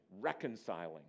Reconciling